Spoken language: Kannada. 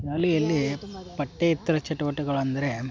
ಶಾಲೆಯಲ್ಲಿ ಪಠ್ಯೇತರ ಚಟುವಟಿಕೆಗಳು ಅಂದರೆ